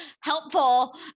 helpful